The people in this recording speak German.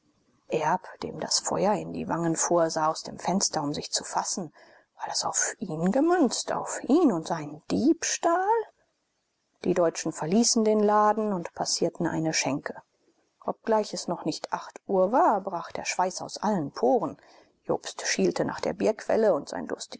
erb dem das feuer in die wangen fuhr sah aus dem fenster um sich zu fassen war das auf ihn gemünzt auf ihn und seinen diebstahl die deutschen verließen den laden und passierten eine schenke obgleich es noch nicht acht uhr war brach der schweiß aus allen poren jobst schielte nach der bierquelle und sein